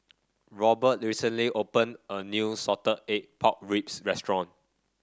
Robert recently opened a new Salted Egg Pork Ribs restaurant